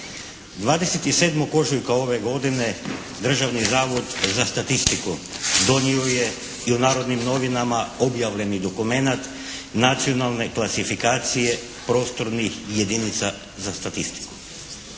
27. ožujka ove godine Državni zavod za statistiku donio je i u "Narodnim novinama" objavljeni dokumenat nacionalne klasifikacije prostornih jedinica za statistiku.